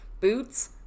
Boots